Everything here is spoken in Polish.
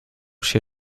się